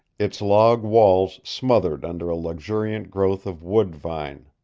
its log walls smothered under a luxuriant growth of wood-vine.